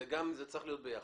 זה צריך להיות ביחד.